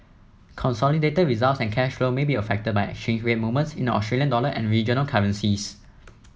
consolidated results and cash flow may be affected by exchange rate movements in the Australian dollar and regional currencies